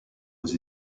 aux